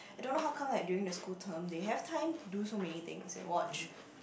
I don't know how come like during the school term they have time to do so many things and watch